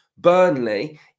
Burnley